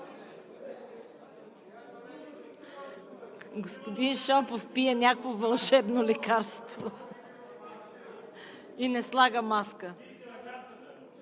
Господин Шопов пие някакво вълшебно лекарство и не слага маска.